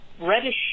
reddish